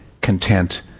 content